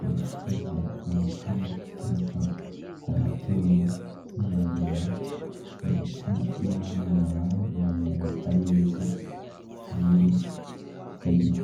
bifuza umukamo uturuka ku matungo biyongera ndetse n'abana babonye amata meza kandi ku gihe.